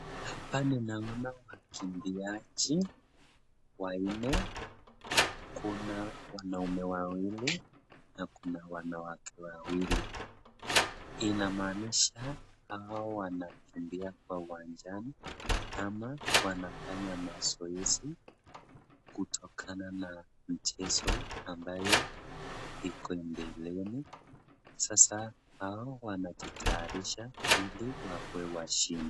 Hapa ninaona wakimbiaji wanne, kuna wanaume wawili na kuna wanawake wawili. Inamaanisha hao wanakimbia kwa uwanjani ama wanafanya mazoezi kutokana na mchezo ambayo iko mbeleni. Sasa hao wanajitayarisha ili wakuwe washindi.